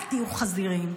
אל תהיו חזירים.